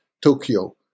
Tokyo